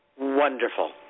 Wonderful